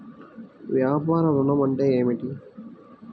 వ్యాపార ఋణం అంటే ఏమిటి?